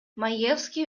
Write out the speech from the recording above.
маевский